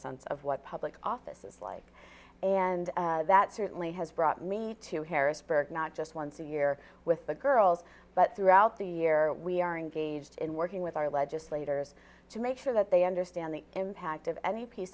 sense of what public office is like and that certainly has brought me to harrisburg not just once a year with the girls but throughout the year we are engaged in working with our legislators to make sure that they understand the impact of any piece